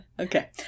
Okay